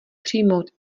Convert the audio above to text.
přijmout